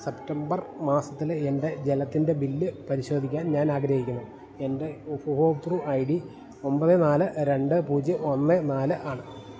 September മാസത്തിലെ എൻ്റെ ജലത്തിൻ്റെ ബില്ല് പരിശോധിക്കാൻ ഞാൻ ആഗ്രഹിക്കുന്നു എൻ്റെ ഉപഭോക്തൃ ഐ ഡി ഒമ്പത് നാല് രണ്ട് പൂജ്യം ഒന്ന് നാല് ആണ്